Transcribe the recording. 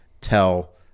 tell